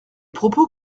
propos